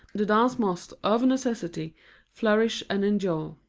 the dance must of necessity flourish and endure.